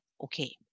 Okay